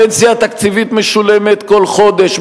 הפנסיה התקציבית משולמת כל חודש,